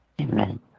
amen